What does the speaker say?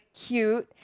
cute